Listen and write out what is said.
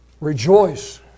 rejoice